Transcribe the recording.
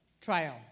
trial